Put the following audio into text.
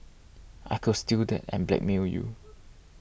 I could steal that and blackmail you